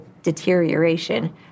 deterioration